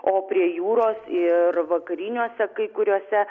o prie jūros ir vakariniuose kai kuriuose